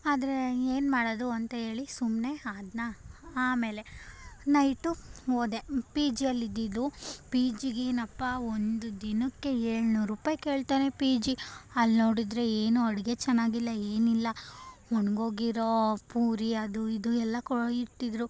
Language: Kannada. ಆದರೆ ಏನು ಮಾಡೋದು ಅಂತ ಹೇಳಿ ಸುಮ್ಮನೆ ಆದ್ನಾ ಆಮೇಲೆ ನೈಟು ಹೋದೆ ಪಿ ಜಿಯಲ್ಲಿದ್ದಿದ್ದು ಪಿ ಜಿಗೇನಪ್ಪಾ ಒಂದು ದಿನಕ್ಕೆ ಏಳುನೂರು ರೂಪಾಯಿ ಕೇಳ್ತಾನೆ ಪಿ ಜಿ ಅಲ್ಲಿ ನೋಡಿದ್ರೆ ಏನೂ ಅಡುಗೆ ಚೆನ್ನಾಗಿಲ್ಲ ಏನಿಲ್ಲ ಒಣಗೋಗಿರೋ ಪೂರಿ ಅದು ಇದು ಎಲ್ಲ ಕೊ ಇಟ್ಟಿದ್ದರು